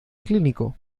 clínico